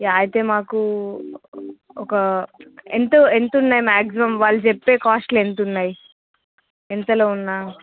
yeah అయితే మాకు ఒక ఎంత ఎంత ఉన్నాయి మాక్సిమమ్ వాళ్ళు చెప్పే కాస్ట్లు ఎంత ఉన్నాయి ఎంతలో ఉన్న